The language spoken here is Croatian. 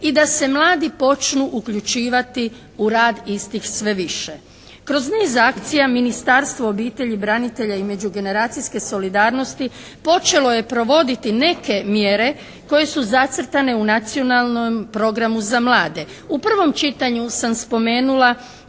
i da se mladi počnu uključivati u rad istih sve više. Kroz niz akcija Ministarstvo obitelji, branitelja i međugeneracijske solidarnosti počelo je provoditi neke mjere koje su zacrtane u Nacionalnom programu za mlade. U prvom čitanju sam spomenula